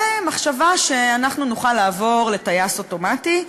ומחשבה שאנחנו נוכל לעבור לטייס אוטומטי.